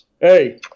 Hey